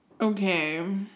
Okay